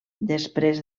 després